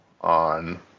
on